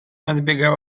nadbiegła